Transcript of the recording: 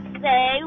say